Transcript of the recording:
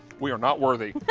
we are not worthy,